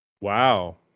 Wow